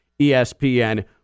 ESPN